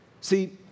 See